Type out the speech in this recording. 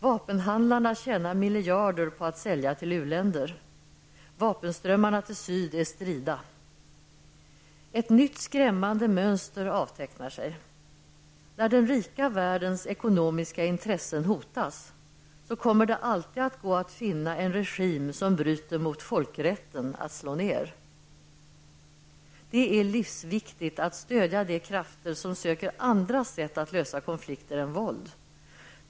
Vapenhandlarna tjänar miljarder på att sälja till u-länder. Vapenströmmarna till syd är strida. Ett nytt skrämmande mönster avtecknar sig. När den rika världens ekonomiska intressen hotas, kommer det alltid att gå att finna en regim som bryter mot folkrätten att slå ned. Det är livsviktigt att stödja de krafter som söker andra sätt att lösa konflikter än genom våld.